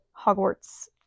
Hogwarts